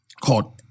called